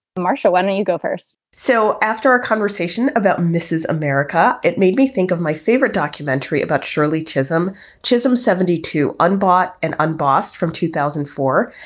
marcia, why don't you go first? so after our conversation about mrs. america, it made me think of my favorite documentary about shirley chisholm chisholm, seventy two, unbought and unbossed from two thousand and four.